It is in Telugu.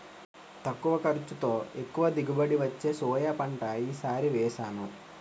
తక్కువ ఖర్చుతో, ఎక్కువ దిగుబడి వచ్చే సోయా పంట ఈ సారి వేసాను